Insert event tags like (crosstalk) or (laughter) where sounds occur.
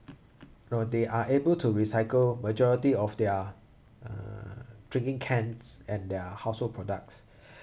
no they are able to recycle majority of their uh drinking cans and their household products (breath)